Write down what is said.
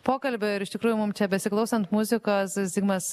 pokalbio ir iš tikrųjų mum čia besiklausant muzikos zigmas